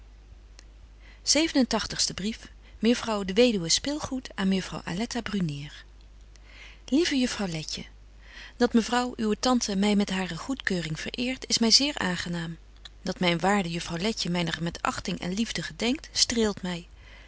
mejuffrouw de weduwe spilgoed aan mejuffrouw aletta brunier lieve juffrouw letje dat mevrouw uwe tante my met hare goedkeuring vereert is my zeer aangenaam dat myn waarde juffrouw letje myner met achting en liefde gedenkt streelt my